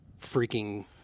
freaking